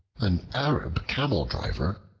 an arab camel-driver,